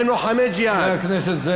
הם לוחמי ג'יהאד, חבר הכנסת זאב, נא לסיים.